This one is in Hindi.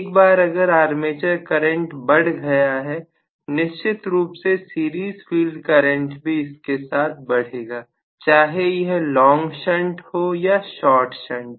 एक बार अगर आर्मेचर करंट बढ़ गया है निश्चित रूप से सीरीज फील्ड करंट भी इसके साथ बढ़ेगा चाहे यह लोंग शंट हो या शार्ट शंट